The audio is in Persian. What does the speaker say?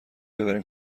ببریم